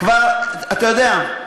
אתה יודע,